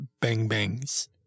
bang-bangs